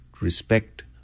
respect